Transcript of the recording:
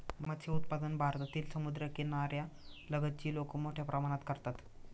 मत्स्य उत्पादन भारतातील समुद्रकिनाऱ्या लगतची लोक मोठ्या प्रमाणात करतात